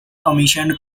commissioned